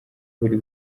buri